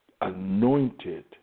anointed